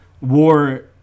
war